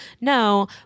no